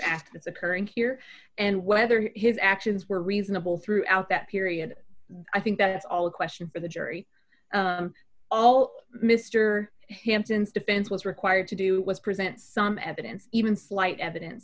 that's occurring here and whether his actions were reasonable throughout that period i think that it's all a question for the jury all mr hampton's defense was required to do was present some evidence even slight evidence